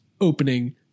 opening